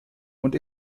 und